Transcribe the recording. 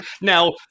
Now